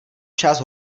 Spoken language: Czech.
část